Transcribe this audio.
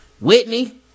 Whitney